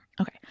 Okay